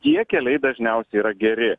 tie keliai dažniausiai yra geri